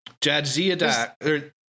Jadzia